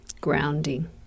grounding